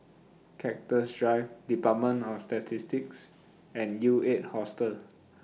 Cactus Drive department of Statistics and U eight Hostel